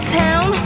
town